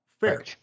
Fair